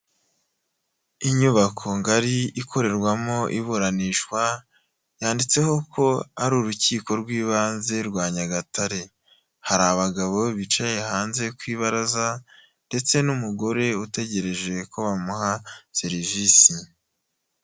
Inyubako ngari ikorerwamo iburanishwa yanditseho ko ari Urukiko rw'Ibanze rwa Nyagatare. Hari abagabo bicaye hanze kw'ibaraza ndetse n'umugore utegereje ko bamuha serivisi.